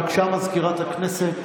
בבקשה, מזכירת הכנסת.